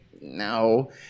no